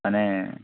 ମାନେ